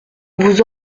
vous